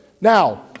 Now